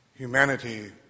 Humanity